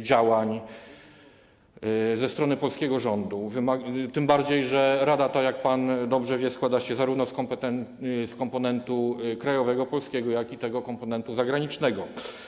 działań ze strony polskiego rządu, tym bardziej że rada ta, jak pan dobrze wie, składa się zarówno z komponentu krajowego, polskiego, jak i komponentu zagranicznego.